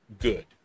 good